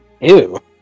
Ew